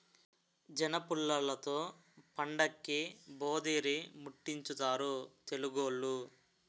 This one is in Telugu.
జనపుల్లలతో పండక్కి భోధీరిముట్టించుతారు తెలుగోళ్లు